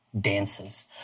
dances